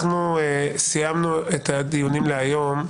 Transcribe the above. סיימנו את הדיונים להיום.